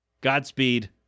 Godspeed